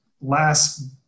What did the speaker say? last